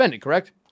correct